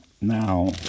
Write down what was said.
Now